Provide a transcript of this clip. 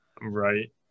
right